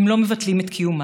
אם לא מבטלים את קיומם.